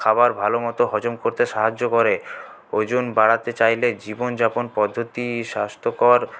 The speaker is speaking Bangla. খাবার ভালো মতো হজম করতে সাহায্য করে ওজন বাড়াতে চাইলে জীবন যাপন পদ্ধতি স্বাস্থ্যকর